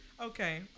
Okay